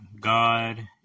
God